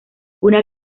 una